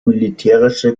militärische